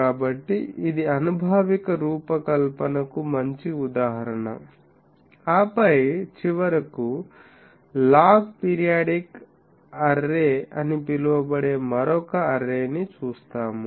కాబట్టి ఇది అనుభావిక రూపకల్పనకు మంచి ఉదాహరణ ఆపై చివరకు లాగ్ పీరియాడిక్ అర్రే అని పిలువబడే మరొక అర్రేని చూస్తాము